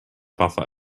buffer